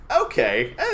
Okay